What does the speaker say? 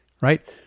right